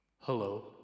Hello